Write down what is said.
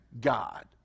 God